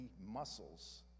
muscles